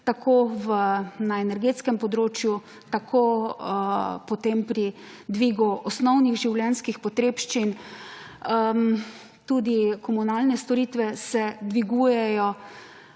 na energetskem področju, tako potem pri dvigu osnovnih življenjskih potrebščin, tudi komunalne storitve se dvigujejo,